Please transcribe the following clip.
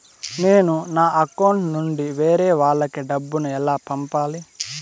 నేను నా అకౌంట్ నుండి వేరే వాళ్ళకి డబ్బును ఎలా పంపాలి?